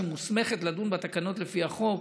שמוסמכת לדון בתקנות לפי החוק,